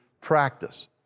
practice